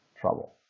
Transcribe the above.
trouble